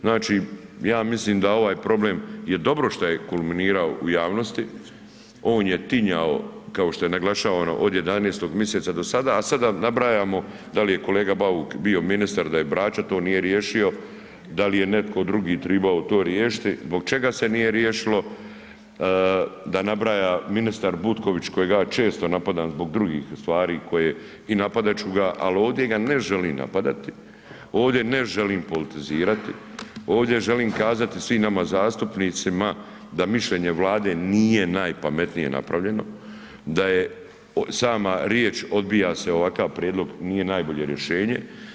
Znači, ja mislim da ovaj problem je dobro što je kulminirao u javnosti, on je tinjao kao što je naglašavano od 11. mjeseca od sada, a sad da nabrajamo dal je kolega Bauk bio ministar, da je s Brača, to nije riješio, dal je netko drugi tribo riješiti, zbog čega se nije riješilo, da nabraja ministar Butković kojega ja često napadam zbog drugih stvari koje i napadat ću ga, al ovdje ga ne želim napadati, ovdje ne želim politizirati, ovdje želim kazati svim nama zastupnicima da mišljenje Vlade nije najpametnije napravljeno, da je sama riječ odbija se ovakav prijedlog nije najbolje rješenje.